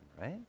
right